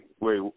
wait